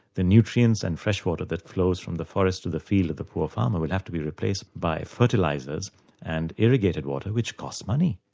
the nutrients and fresh water that flows from the forest to the field of the poor farmer will have to be replaced by fertilisers and irrigated water which costs money.